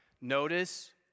Notice